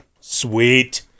sweet